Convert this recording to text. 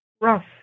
rough